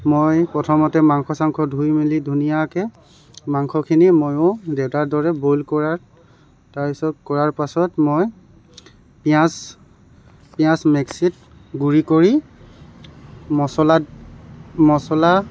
মই প্ৰথমতে মাংস চাংস ধুই মেলি ধুনীয়াকৈ মাংসখিনি ময়ো দেউতাৰ দৰে বইল কৰা তাৰপিছত কৰাৰ পাছত মই পিঁয়াজ পিঁয়াজ মিক্সিত গুড়ি কৰি মছলাত মছলা